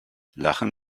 lachen